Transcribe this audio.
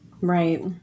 Right